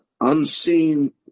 unseen